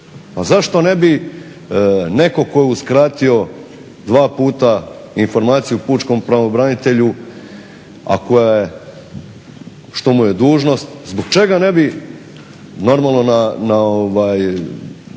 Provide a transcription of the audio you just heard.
zašto ne bi netko tko je uskratio dva puta informaciju pučkom pravobranitelju, a koja je, što mu je dužnost, zbog čega ne bi, normalno na